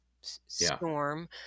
storm